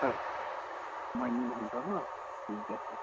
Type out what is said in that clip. হয় মাইনী মহন্ত ন ঠিক আছে